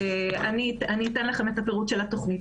אני אתן לכם את הפירוט של התוכנית.